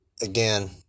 Again